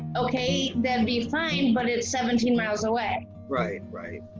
okay, that'd be fine, but it's seventeen miles away. right, right,